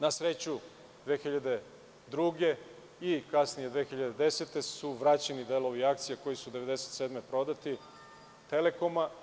Na sreću, 2002. i kasnije 2010. godine su vraćeni delovi akcija koji su 1997. godine prodati Telekoma.